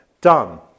done